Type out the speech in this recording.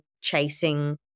chasing